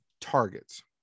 Targets